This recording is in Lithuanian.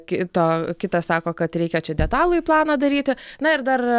kito kitas sako kad reikia čia detalųjį planą daryti na ir dar